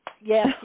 Yes